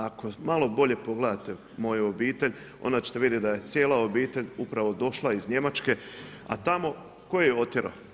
Ako malo bolje pogledate moju obitelj, onda ćete vidjeti da je cijela obitelj upravo došla iz Njemačke, a tamo tko ju je otjerao?